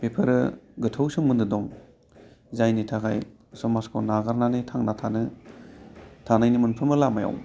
बेफोरो गोथौ सोमोन्दो दं जायनि थाखाय समाजखौ नागारनानै थांना थानो थानायनि मोनफ्रोमबो लामायाव